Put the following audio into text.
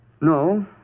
No